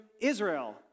israel